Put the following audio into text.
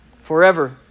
Forever